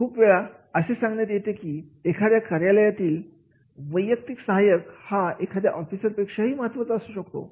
खूप वेळा असे सांगण्यात येते की एखाद्या कार्यालयातील वैयक्तिक सहायक हा एखाद्या ऑफिसर पेक्षाही महत्त्वाचा असू शकतो